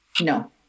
No